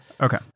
Okay